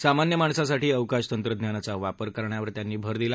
सामान्य माणसासाठी अवकाश तंत्रज्ञानाचा वापर करण्यावर त्यांनी भर दिला